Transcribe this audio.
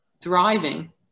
thriving